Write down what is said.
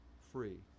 free